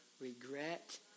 regret